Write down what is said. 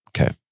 Okay